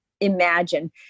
imagine